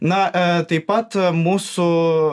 na taip pat mūsų